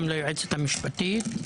גם ליועצת המשפטית,